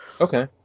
Okay